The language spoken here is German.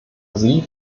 sie